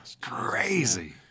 crazy